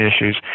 issues